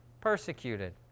persecuted